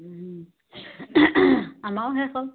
আমাৰো শেষ হ'ল